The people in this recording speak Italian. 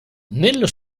nello